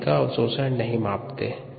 कोशिका अवशोषण नहीं मापते है